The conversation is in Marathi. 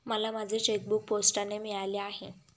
मला माझे चेकबूक पोस्टाने मिळाले आहे